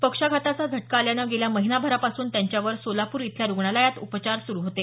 पक्षाघाताचा झटका आल्यानं गेल्या महिनाभरापासून त्यांच्यावर सोलापूर इथल्या रूग्णालयात उपचार सुरू होते